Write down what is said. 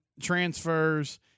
transfers